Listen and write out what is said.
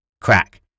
Crack